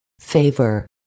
Favor